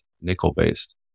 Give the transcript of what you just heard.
nickel-based